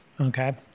Okay